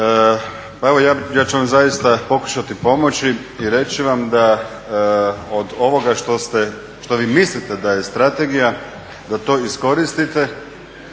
Pa evo ja ću vam zaista pokušati pomoći i reći vam da od ovoga što ste, što vi mislite da je strategija da to iskoristite